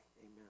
Amen